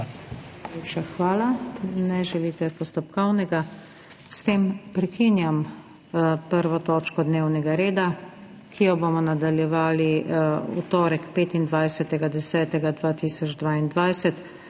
hvala. Ne želite postopkovnega. S tem prekinjam 1. točko dnevnega reda, ki jo bomo nadaljevali v torek, 25. 10. 2022,